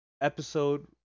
Episode